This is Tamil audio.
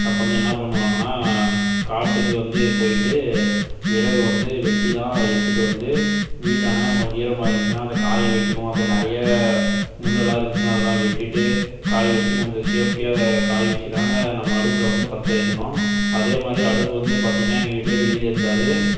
அப்போ வந்து என்ன பண்ணுவாங்கன்னால் காட்டுக்கு வந்து போயிட்டு விறகு வந்து வெட்டிதான் எடுத்துகிட்டு வந்து வீட்டான கொஞ்சம் ஈரமாக இருந்துச்சுனா அதை காய வைக்கணும் அதை நிறைய முள்ளெல்லாம் இருந்துச்சுன்னா அதெலாம் வெட்டிவிட்டு காய வச்சு கொஞ்சம் சேஃப்டியாக அதை காய வச்சுதாங்க நம்ம அடுப்பில் வந்து பற்ற வைக்கணும் அதே மாதிரி அடுப்பு வந்து பார்த்தீங்கன்னா எங்கள் வீட்டில் வெளியில் இருக்காது